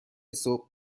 صبح